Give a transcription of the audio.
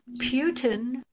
Putin